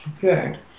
good